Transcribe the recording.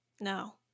No